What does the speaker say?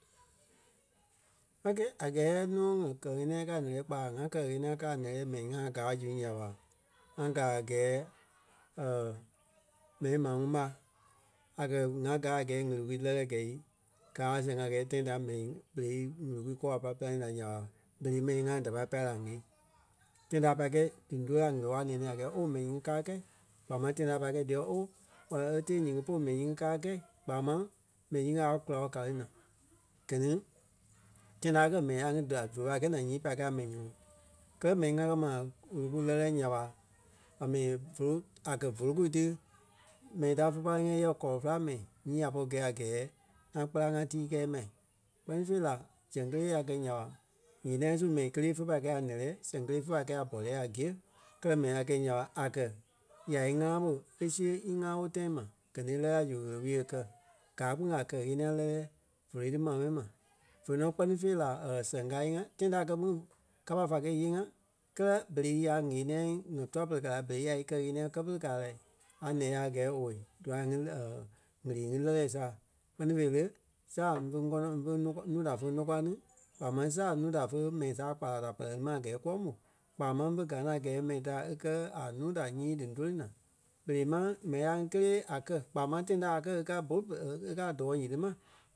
A gɛɛ- a gɛɛ nɔ ŋ̀gɛ kɛ-ɣeniɛi kaa a ǹɛ́lɛɛ kpaa ŋa kɛ-ɣeniɛi gaa a nɛ́lɛɛ mɛni ŋai gáa zu nya ɓa ŋá gaa a gɛɛ m̀ɛni maa ŋuŋ ɓa a kɛ̀ ŋá gaa a gɛɛ ɣele-wulii lɛ́lɛɛ gɛ̂i gaa a sɛŋ a gɛɛ tãi da mɛni berei ɣele wulii kɔɔ a pai pîlanii la nya ɓa berei mɛni ŋai da pai pâi la ŋɛ́i. Tãi ta a pai kɛ̂i dí ńdoli a ɣele-wala nɛ̃ɛ ti a gɛɛ ooo mɛni ŋí káa kɛ̂i kpaa máŋ tãi ta a pai kɛ̂i diyɛ ooo wɔ́lɔ-wɔlɔ ti nyiti polu mɛni ŋí kaa kɛ̂i kpaa máŋ mɛni nyiŋi a wála kula bɛ ka lí naa. Gɛ ni tãi ta a kɛ̀ mɛni ŋí da fe pai kɛ̂i naa nyii pai kɛ̂i a mɛni nyɔmɔɔ. Kɛlɛ mɛni ŋai kɛ̀ ma ɣele kuu lɛ́lɛ nya ɓa a mi vólo a kɛ̀ voloku ti mɛni ta fe pai ŋɛ́i yɛ kɔlɔ féla mɛni nyii a pɔri gɛ̂i a gɛɛ ŋá kpala ŋá tii kɛɛ ma. Kpɛ́ni fêi la zɛŋ kélee ya gɛ̂i nya ɓa ŋeniɛi su mɛni kélee fé pai kɛ̂i a ǹɛ́lɛɛ sɛŋ kélee fe pai kɛ̂i a bɔriɛɛ a gîe kɛlɛ mɛni a kɛ̂i nya ɓa a kɛ̀ ya íŋaa ɓo e siɣe íŋaa ɓo tãi ma gɛ ni e lɛ́ɛ la zu ɣele wulii e kɛ. Gaa kpîŋ a kɛ-ɣeniɛi lɛ́lɛɛ vóloi ti ma mɛni ma vé nɔ kpɛ́ni fêi la sɛŋ kaa íyee-ŋa tãi da a kɛ́ kpîŋ kapa fá kɛ̀ íyee-ŋa kɛlɛ berei ya ŋ̀ɛ́niɛi ŋa tûa-pere kɛ la berei ya í kɛ-ɣeniɛi kɛ́ pere kaa lai a nɛ́ ya a gɛɛ owei dûa ŋí ɣele ŋí lɛ́lɛ saa kpɛ́ni fêi le saa mvé ŋɔnɔŋ fe nuu fe nuu kɔ- núu da fé ńokwa ni kpaa máŋ saa núu da fe mɛni saa kpala da pɛlɛ ti ma gɛɛ kúwɔ mò kpaa máŋ fe gaa ti a gɛɛ mɛni da e kɛ̀ a núu da nyii dí ńdoli naa, berei máŋ mɛni ŋai ŋí kelee a kɛ́ kpaa máŋ tãi da a kɛ́ e kaa a bôlu pere e kaa a dɔɔ nyiti ma